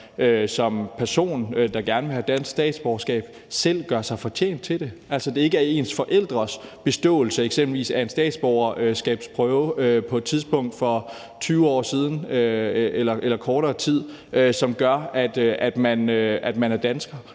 som en person, der gerne vil have dansk statsborgerskab, selv gør sig fortjent til det, altså at det ikke er ens forældres beståelse af en statsborgerskabsprøve på et tidspunkt for 20 år siden eller for kortere tid siden, som gør, at man er dansker,